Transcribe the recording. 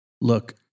Look